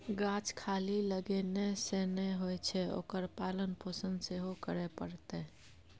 गाछ खाली लगेने सँ नै होए छै ओकर पालन पोषण सेहो करय पड़तै